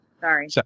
Sorry